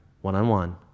one-on-one